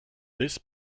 this